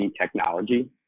Technology